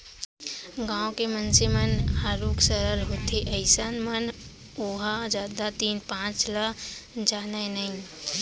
गाँव के मनसे मन ह आरुग सरल होथे अइसन म ओहा जादा तीन पाँच ल जानय नइ